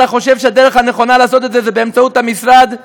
אתה חושב שהדרך הנכונה לעשות את זה זה באמצעות המשרד,